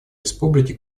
республики